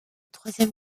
troisième